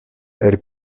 elle